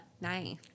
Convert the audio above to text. Nice